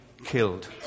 killed